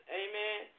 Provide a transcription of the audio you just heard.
amen